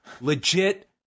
Legit